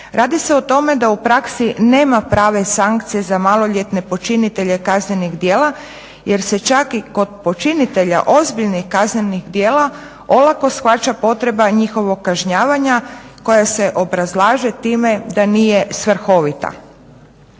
Radi se o tome da u praksi nema prave sankcije za maloljetne počinitelje kaznenih djela jer se čak i kod počinitelja ozbiljnih kaznenih djela olako shvaća potreba njihovog kažnjavanja koja se obrazlaže time da nije svrhovita.